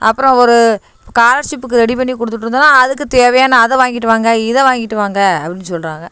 அப்புறம் ஒரு ஸ்காலர்ஷிப்புக்கு ரெடி பண்ணி கொடுத்துட்டு இருந்தோன்னால் அதுக்கு தேவையான அதை வாங்கிட்டு வாங்க இதை வாங்கிட்டு வாங்க அப்படின்னு சொல்கிறாங்க